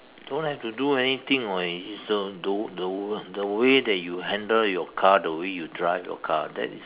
don't have to do anything [what] is the the the the way you handle your car the way you drive your car that is the